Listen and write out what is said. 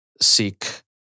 seek